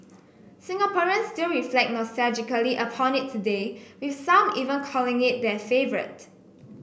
Singaporeans still reflect nostalgically upon it today with some even calling it their favourite